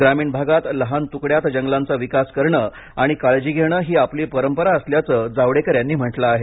ग्रामीण भागात लहान तुकड्यात जंगलांचा विकास करणं आणि काळजी घेणं ही आपली परंपरा असल्याचं जावडेकर यांनी म्हटलं आहे